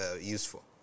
useful